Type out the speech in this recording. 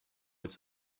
its